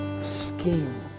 scheme